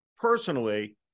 personally